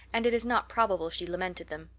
and it is not probable she lamented them.